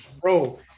Bro